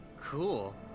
cool